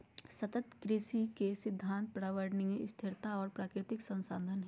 सतत कृषि के सिद्धांत पर्यावरणीय स्थिरता और प्राकृतिक संसाधन हइ